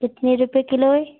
कितने रुपए किलो है